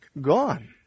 gone